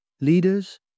Leaders